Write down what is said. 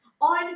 on